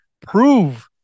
prove –